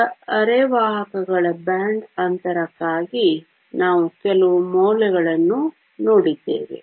ಆದ್ದರಿಂದ ಅರೆವಾಹಕಗಳ ಬ್ಯಾಂಡ್ ಅಂತರಕ್ಕಾಗಿ ನಾವು ಕೆಲವು ಮೌಲ್ಯಗಳನ್ನು ನೋಡಿದ್ದೇವೆ